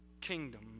kingdom